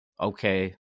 okay